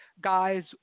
guys